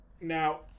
Now